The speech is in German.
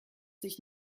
sich